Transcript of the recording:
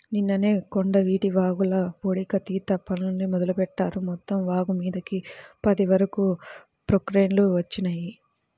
నిన్ననే కొండవీటి వాగుల పూడికతీత పనుల్ని మొదలుబెట్టారు, మొత్తం వాగుమీదకి పది వరకు ప్రొక్లైన్లు వచ్చినియ్యి